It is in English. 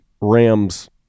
Rams